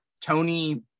tony